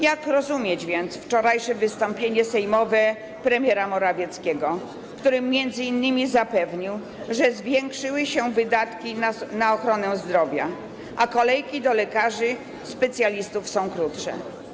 Jak rozumieć więc wczorajsze wystąpienie sejmowe premiera Morawieckiego, w którym m.in. zapewnił, że zwiększyły się wydatki na ochronę zdrowia, a kolejki do lekarzy specjalistów są krótsze?